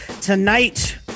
Tonight